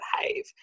behave